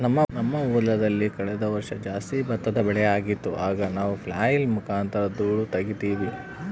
ನಮ್ಮ ಹೊಲದಲ್ಲಿ ಕಳೆದ ವರ್ಷ ಜಾಸ್ತಿ ಭತ್ತದ ಬೆಳೆಯಾಗಿತ್ತು, ಆಗ ನಾವು ಫ್ಲ್ಯಾಯ್ಲ್ ಮುಖಾಂತರ ಧೂಳು ತಗೀತಿವಿ